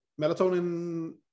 melatonin